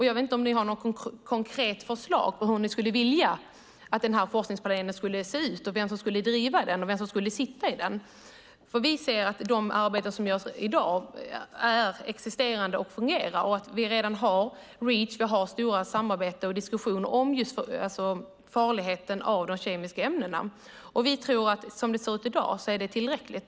Jag vet inte om ni har något konkret förslag på hur ni skulle vilja att forskningspanelen skulle se ut, vem som skulle driva den och vem som skulle sitta i den. Vi ser att de arbeten som görs i dag fungerar. Vi har Reach, och vi har stora samarbeten och diskussioner om farligheten med de kemiska ämnena. Som det ser ut i dag tror vi att det är tillräckligt.